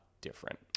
different